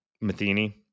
Matheny